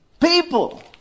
people